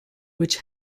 which